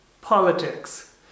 Politics